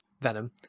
venom